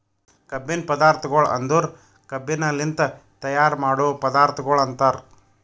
ಕಬ್ಬಿನ ಪದಾರ್ಥಗೊಳ್ ಅಂದುರ್ ಕಬ್ಬಿನಲಿಂತ್ ತೈಯಾರ್ ಮಾಡೋ ಪದಾರ್ಥಗೊಳ್ ಅಂತರ್